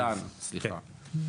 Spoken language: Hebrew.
אלעד, סליחה.